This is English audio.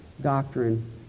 doctrine